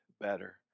better